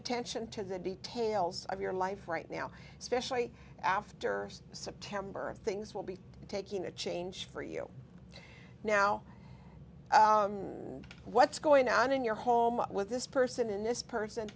attention to the details of your life right now especially after september things will be taking a change for you now and what's going on in your home with this person in this